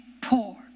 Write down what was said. poor